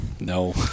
No